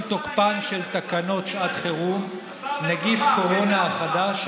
תוקפן של תקנות שעת חירום (נגיף קורונה החדש,